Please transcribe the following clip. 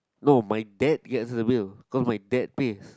no my dad gets the bill cause my dad pays